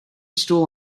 stool